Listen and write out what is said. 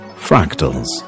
Fractals